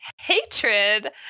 hatred